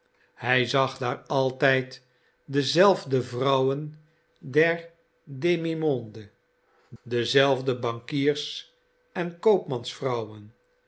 hij zag daar altijd dezelfde vrouwen der demimonde dezelfde bankiers en